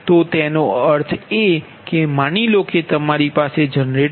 તો તેનો અર્થ એ કે માની લો કે તમારી પાસે જનરેટર છે